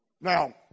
Now